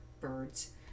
birds